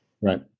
Right